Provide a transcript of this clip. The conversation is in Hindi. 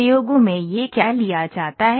प्रयोगों में यह क्या लिया जाता है